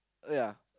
ya